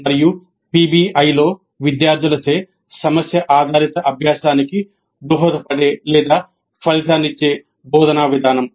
మరియు పిబిఐలో విద్యార్థులచే సమస్య ఆధారిత అభ్యాసానికి దోహదపడే లేదా ఫలితాన్నిచ్చే బోధన విధానం